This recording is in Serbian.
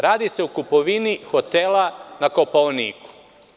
Radi se o kupovini hotela na Kopaoniku.